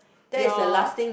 your